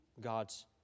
God's